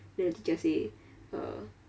then the teacher say uh